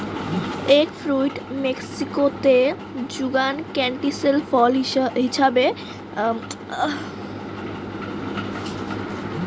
egg fruit মেক্সিকোতে যুগান ক্যান্টিসেল ফল হিছাবে জানা হই